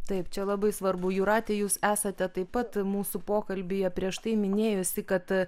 taip čia labai svarbu jūrate jūs esate taip pat mūsų pokalbyje prieš tai minėjusi kad